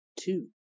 Two